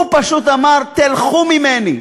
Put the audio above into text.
הוא פשוט אמר: תלכו ממני,